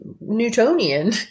Newtonian